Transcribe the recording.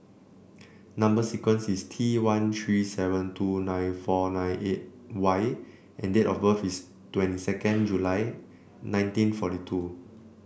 number sequence is T one three seven two nine four nine eight Y and date of birth is twenty second July nineteen forty two